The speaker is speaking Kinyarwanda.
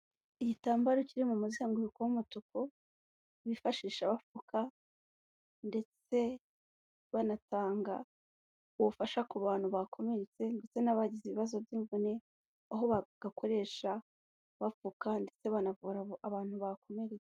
Igitambaro kiri mu muzenguruko w'umutuku, bifashisha bafuka ndetse banatanga ubufasha ku bantu bakomeretse, ndetse n'abagize ibibazo by'imvune, aho bagakoresha bapfuka ndetse banavu abantu bakomerekaretse.